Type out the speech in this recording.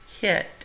hit